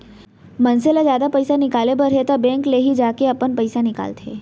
मनसे ल जादा पइसा निकाले बर हे त बेंक ले ही जाके अपन पइसा निकालंथे